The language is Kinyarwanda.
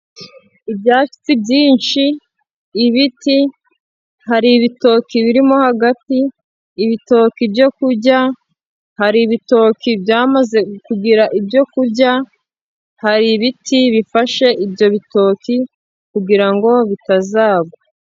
Ibyatsi byinshi, ibiti, hari ibitoki birimo hagati, ibitoki byo kurya, hari ibitoki byamaze kugira ibyo kurya, hari ibiti bifashe ibyo bitoki kugirango bitazagwa.